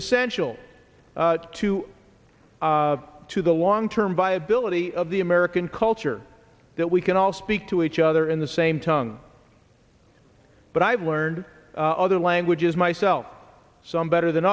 essential to to the long term viability of the american culture that we can all speak to each other in the same tongue but i've learned other languages myself some better than